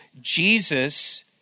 Jesus